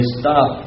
stop